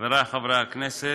חברי חברי הכנסת,